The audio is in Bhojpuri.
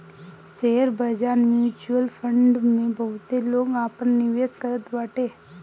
शेयर बाजार, म्यूच्यूअल फंड में बहुते लोग आपन निवेश करत बाटे